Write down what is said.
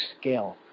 scale